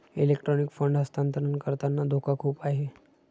electronic fund हस्तांतरण करताना धोका खूप आहे